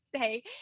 say